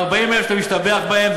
ה-40,000 שאתה משתבח בהן,